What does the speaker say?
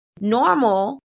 Normal